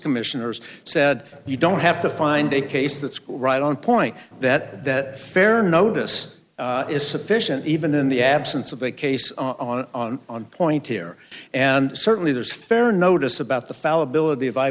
commissioners said you don't have to find a case that's right on point that fair notice is sufficient even in the absence of a case on on on point here and certainly there's fair notice about the fallibility of eye